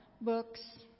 books